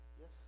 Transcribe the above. Yes